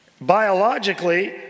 Biologically